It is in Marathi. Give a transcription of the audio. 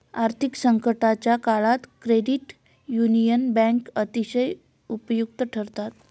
आर्थिक संकटाच्या काळात क्रेडिट युनियन बँका अतिशय उपयुक्त ठरतात